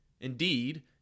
Indeed